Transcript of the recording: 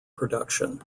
production